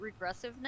regressiveness